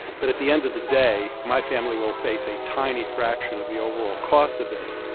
but at the end of the day, my family will face a tiny fraction of the overall cost of this.